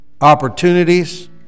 opportunities